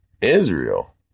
Israel